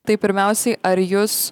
tai pirmiausiai ar jus